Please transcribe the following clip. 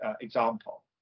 example